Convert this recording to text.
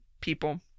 people